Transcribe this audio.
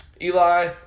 Eli